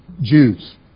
Jews